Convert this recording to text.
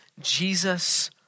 Jesus